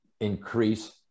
increase